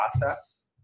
process